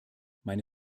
meine